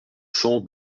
cents